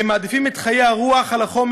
הם מעדיפים את חיי הרוח על החומר.